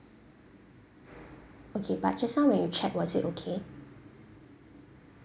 okay but just now when you check was it okay